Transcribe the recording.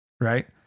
right